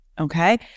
Okay